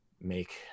make